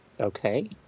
okay